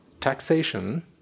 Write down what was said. taxation